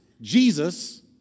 Jesus